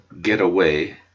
getaway